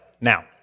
Now